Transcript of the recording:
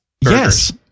yes